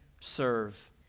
serve